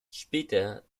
später